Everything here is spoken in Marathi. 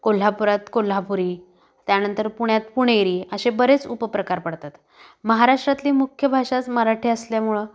कोल्हापुरात कोल्हापुरी त्यानंतर पुण्यात पुणेरी असे बरेच उपप्रकार पडतात महाराष्ट्रातली मुख्य भाषाच मराठी असल्यामुळे